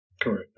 Correct